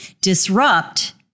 disrupt